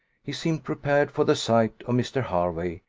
he seemed prepared for the sight of mr. hervey,